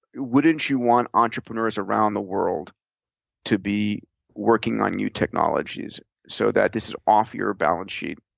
wouldn't you want entrepreneurs around the world to be working on new technologies so that this is off your balance sheet?